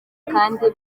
kandi